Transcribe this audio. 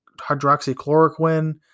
hydroxychloroquine